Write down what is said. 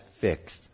fixed